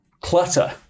clutter